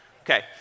Okay